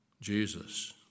Jesus